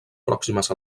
pròximes